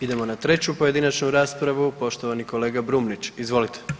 Idemo na 3. pojedinačnu raspravu, poštovani kolega Brumnić, izvolite.